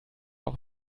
auch